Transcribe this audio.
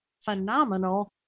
phenomenal